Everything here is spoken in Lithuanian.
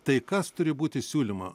tai kas turi būti siūlyma